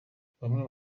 bamwe